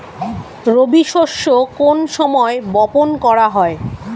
রবি শস্য কোন সময় বপন করা হয়?